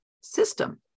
system